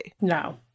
No